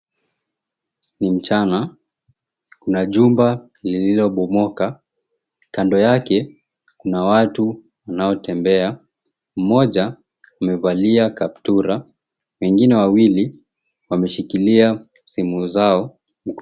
Ni mchana, kuna jumba lililobomoka, kando yake kuna watu wanaotembea, mmoja amevalia kaptura, wengine wawili wameshikilia simu zao mkononi.